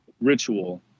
ritual